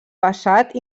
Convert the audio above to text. passat